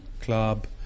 Club